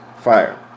fire